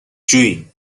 جویی